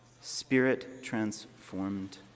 spirit-transformed